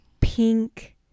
pink